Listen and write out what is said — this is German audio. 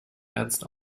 ernst